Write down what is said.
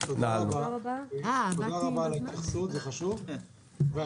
הישיבה ננעלה בשעה 13:31.